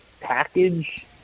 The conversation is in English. package